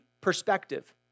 perspective